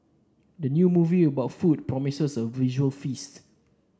the new movie about food promises a visual feast